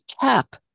cap